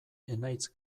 enaitz